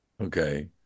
Okay